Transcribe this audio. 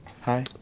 Hi